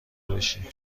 باشی